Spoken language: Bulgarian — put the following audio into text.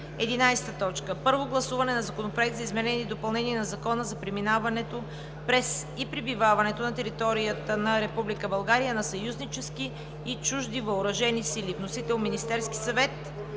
2017 г. 11. Първо гласуване на Законопроекта за изменение и допълнение на Закона за преминаването през и пребиваването на територията на Република България на съюзнически и на чужди въоръжени сили. Вносител е Министерският съвет